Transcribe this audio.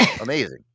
amazing